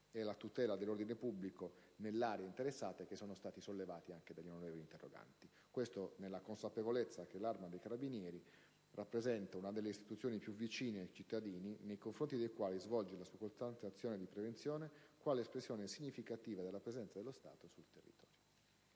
e alla tutela dell'ordine pubblico nell'area interessata, che sono stati sollevati dagli onorevoli interroganti. Ciò, nella consapevolezza che l'Arma dei carabinieri rappresenta una delle istituzioni più vicine ai cittadini, nei confronti dei quali svolge una costante azione di prevenzione quale espressione significativa della presenza dello Stato sul territorio.